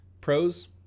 Pros